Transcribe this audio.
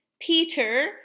Peter